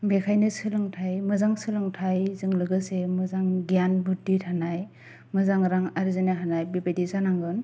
बेखायनो सोलोंथाय मोजां सोलोंथायजों लोगोसे मोजां गियान बुध्दि थानाय मोजां रां आरजिनो हानाय बेबादि जानांगोन